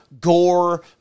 gore